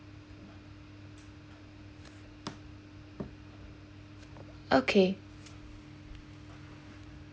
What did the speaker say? okay